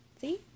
See